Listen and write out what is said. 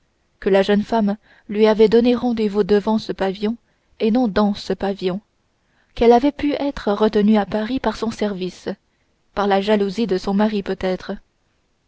que la jeune femme lui avait donné rendez-vous devant ce pavillon et non dans ce pavillon qu'elle avait pu être retenue à paris par son service par la jalousie de son mari peut-être